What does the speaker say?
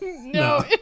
No